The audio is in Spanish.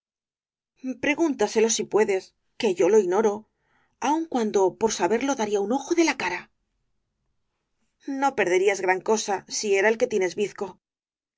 pregúntaselo si puedes que yo lo ignoro aun cuando por saberlo daría un ojo de la cara no perderías gran cosa si era el que tienes bizco